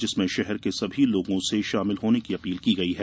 जिसमें शहर के सभी लोगों से शामिल होने की अपील की गई है